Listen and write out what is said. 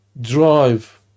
drive